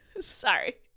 Sorry